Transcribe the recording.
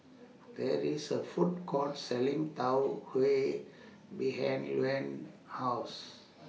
There IS A Food Court Selling Tau Huay behind Luann's House